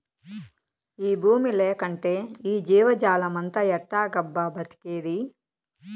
ఈ బూమి లేకంటే ఈ జీవజాలమంతా ఎట్టాగబ్బా బతికేది